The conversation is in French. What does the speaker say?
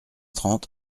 trente